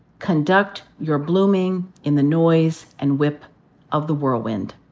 conduct your blooming in the noise and whip of the whirlwind.